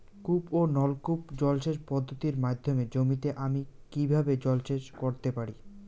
কূপ ও নলকূপ জলসেচ পদ্ধতির মাধ্যমে জমিতে আমি কীভাবে জলসেচ করতে পারি?